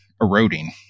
eroding